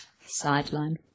Sideline